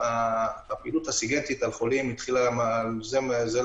הפעילות הסיגינטית על חולים התחילה רק לאחרונה.